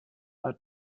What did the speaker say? are